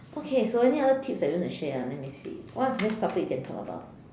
okay so any other tips that you want to share ah let me see what is the next topic we can talk about